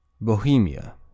Bohemia